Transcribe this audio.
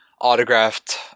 autographed